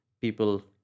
People